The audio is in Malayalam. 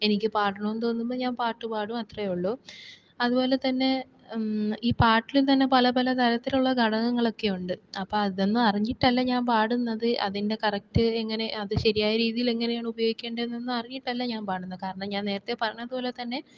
എനിക്ക് പാടണമെന്ന് തോന്നുമ്പോള് ഞാന് പാട്ട് പാടും അത്രയുള്ളൂ അതുപോലെ തന്നെ ഈ പാട്ടില് തന്നെ പല തരത്തിലുള്ള ഘടകങ്ങള് ഒക്കെ ഉണ്ട് അപ്പോൾ അതൊന്നും അറിഞ്ഞിട്ടല്ല ഞാന് പാടുന്നത് അതിന്റെ കറക്റ്റ് ഇങ്ങനെ അത് ശരിയായ രീതിയില് എങ്ങനെയാണ് ഉപയോഗിക്കേണ്ടത് എന്നൊന്നും അറിഞ്ഞിട്ടല്ല ഞാന് പാടുന്നത് കാരണം ഞാന് നേരത്തെ പറഞ്ഞത് പോലെ തന്നെ